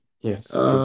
Yes